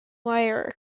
lyre